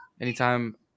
anytime